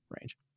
range